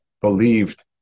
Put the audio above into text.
believed